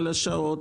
על השעות,